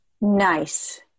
Nice